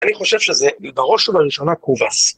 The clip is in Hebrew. ‫אני חושב שזה בראש ובראשונה קובס.